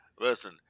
Listen